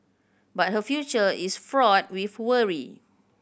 but her future is fraught with worry